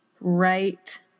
right